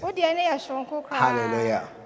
hallelujah